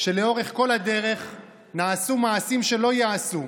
שלאורך כל הדרך נעשו מעשים שלא ייעשו.